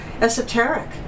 esoteric